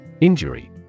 Injury